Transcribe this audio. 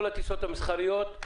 כל הטיסות המסחריות,